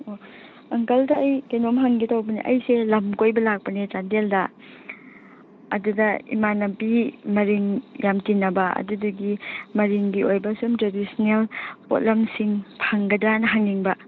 ꯑꯣ ꯑꯪꯀꯜꯗ ꯑꯩ ꯀꯔꯤꯅꯣꯝ ꯍꯪꯒꯦ ꯇꯧꯕꯅꯦ ꯑꯩꯁꯦ ꯂꯝ ꯀꯣꯏꯕ ꯂꯥꯛꯄꯅꯦ ꯆꯥꯟꯗꯦꯜꯗ ꯑꯗꯨꯗ ꯏꯃꯥꯟꯅꯕꯤ ꯃꯔꯤꯡ ꯌꯥꯝ ꯇꯤꯟꯅꯕ ꯑꯗꯨꯒꯤ ꯃꯔꯤꯡꯒꯤ ꯑꯣꯏꯕ ꯁꯨꯝ ꯇ꯭ꯔꯦꯗꯤꯁꯟꯅꯦꯜ ꯄꯣꯂꯝꯁꯤꯡ ꯐꯪꯒꯗ꯭ꯔꯅ ꯍꯪꯅꯤꯡꯕ